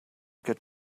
get